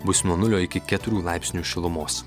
bus nuo nulio iki keturių laipsnių šilumos